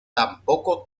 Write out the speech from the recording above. tampoco